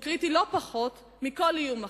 והוא קריטי לא פחות מכל איום אחר.